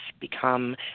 become